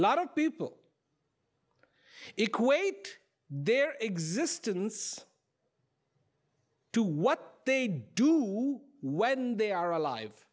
important lot of people equate their existence to what they do when they are alive